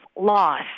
loss